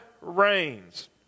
reigns